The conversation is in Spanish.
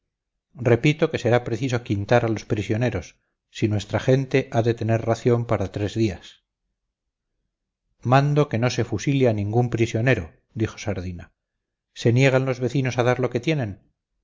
repito que será preciso quintar a los prisioneros si nuestra gente ha de tener ración para tres días mando que no se fusile a ningún prisionero dijo sardina se niegan los vecinos a dar lo que tienen